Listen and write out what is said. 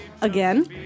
again